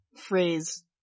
phrase